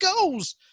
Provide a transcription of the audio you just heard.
goes